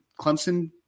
Clemson